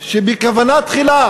שבכוונה תחילה